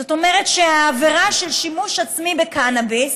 זאת אומרת שהעבירה של שימוש עצמי בקנאביס